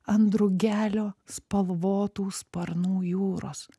ant drugelio spalvotų sparnų jūros